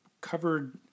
covered